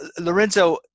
Lorenzo